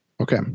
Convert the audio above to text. Okay